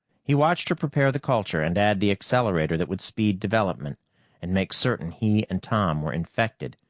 he watched her prepare the culture and add the accelerator that would speed development and make certain he and tom were infected,